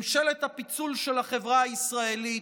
ממשלת הפיצול של החברה הישראלית,